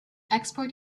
export